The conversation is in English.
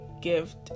gift